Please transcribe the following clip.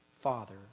Father